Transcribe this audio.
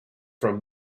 from